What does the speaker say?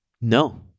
No